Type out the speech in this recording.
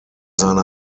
seine